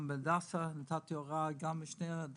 גם בשתי ההדסות נתתי הוראה להרחיב.